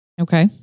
Okay